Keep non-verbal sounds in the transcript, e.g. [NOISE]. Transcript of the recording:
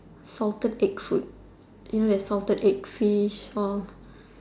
salted egg food you know there's salted egg fish [UNINTELLIGIBLE]